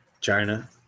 China